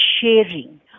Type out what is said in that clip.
sharing